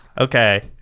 Okay